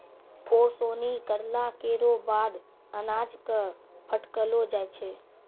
ओसौनी करला केरो बाद अनाज क फटकलो जाय छै